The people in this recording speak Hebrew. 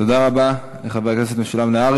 תודה רבה לחבר הכנסת משולם נהרי.